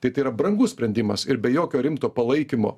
tai tai yra brangus sprendimas ir be jokio rimto palaikymo